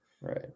right